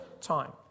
time